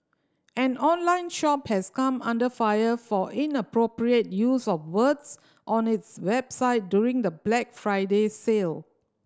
an online shop has come under fire for inappropriate use of words on its website during the Black Friday sale